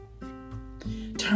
turn